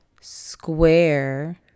square